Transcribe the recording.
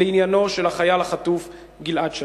בעניינו של החייל החטוף גלעד שליט.